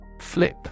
Flip